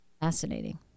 Fascinating